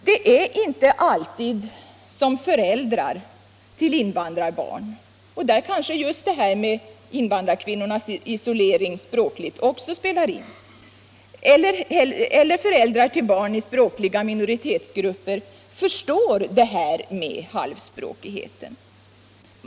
Det är inte alltid som föräldrar till invandrarbarn — och här kanske också problemet med invandrarkvinnornas språkliga isolering spelar in — eller barn i språkliga minoritetsgrupper förstår detta med halvspråkigheten.